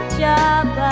job